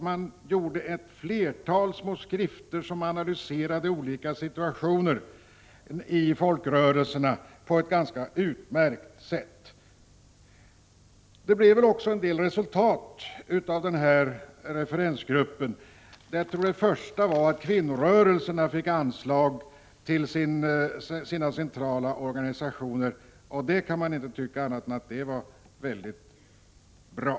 Man utgav ett flertal små skrifter, där olika situationer inom folkrörelserna analyserades på ett ganska utmärkt sätt. Referensgruppens arbete gav också vissa resultat. Det första resultatet av gruppens arbete var nog att kvinnorörelsen beviljades anslag till sin centrala organisation. Om det kan man inte säga annat än att det var mycket bra.